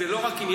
עם כל הכבוד,